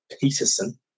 Peterson